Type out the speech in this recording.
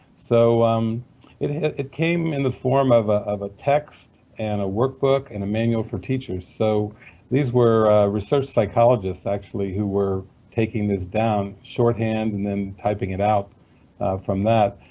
so um it it came in the form of ah of a text and ah workbook and a manual for teachers. so these were research psychologists, actually, who were taking this down, shorthand, and then typing it out from that.